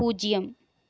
பூஜ்ஜியம்